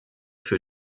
für